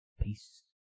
Peace